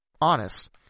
Honest